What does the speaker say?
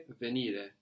venire